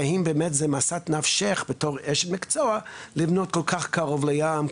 והאם באמת זו משאת נפשך בתור איש מקצוע לבנות כל כך קרוב לים,